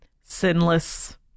sinless